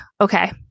okay